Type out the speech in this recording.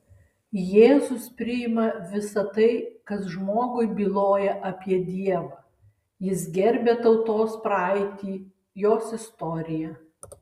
jėzus priima visa tai kas žmogui byloja apie dievą jis gerbia tautos praeitį jos istoriją